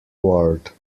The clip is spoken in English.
ward